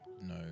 No